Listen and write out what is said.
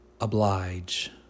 oblige